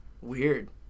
Weird